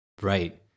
right